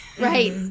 Right